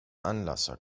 anlasser